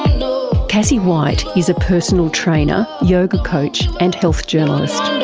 you know cassie white is a personal trainer, yoga coach and health journalist.